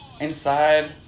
inside